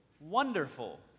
wonderful